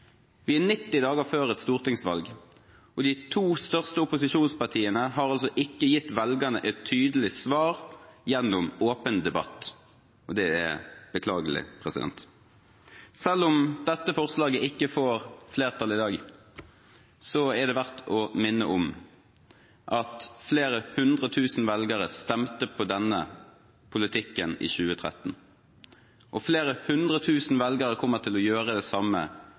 Vi er 90 dager før et stortingsvalg, og de to største opposisjonspartiene har altså ikke gitt velgerne et tydelig svar gjennom åpen debatt. Det er beklagelig. Selv om dette forslaget ikke får flertall i dag, er det verdt å minne om at flere hundretusen velgere stemte på denne politikken i 2013, og flere hundretusen velgere kommer til å gjøre det samme